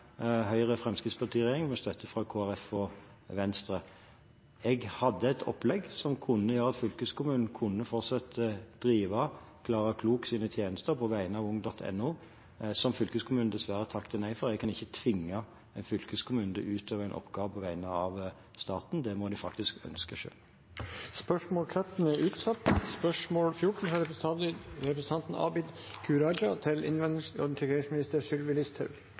med støtte fra Kristelig Folkeparti og Venstre. Jeg hadde et opplegg der fylkeskommunen kunne få støtte til å drive Klara Kloks tjenester på vegne av ung.no, men som fylkeskommunen dessverre takket nei til. Jeg kan ikke tvinge en fylkeskommune til å utøve en oppgave på vegne av staten; det må de faktisk ønske